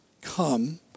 come